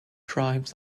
tribes